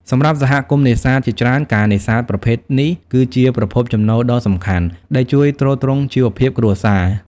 សម្រាប់សហគមន៍នេសាទជាច្រើន ការនេសាទប្រភេទនេះគឺជា ប្រភពចំណូលដ៏សំខាន់ ដែលជួយទ្រទ្រង់ជីវភាពគ្រួសារ។